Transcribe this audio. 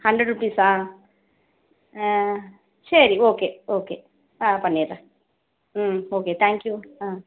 hundred ரூபீஸா சரி okay okay ஆ பண்ணிடுறேன் ம் ஓகே தேங்க்யூ ஆ